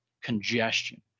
Congestion